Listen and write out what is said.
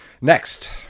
Next